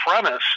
premise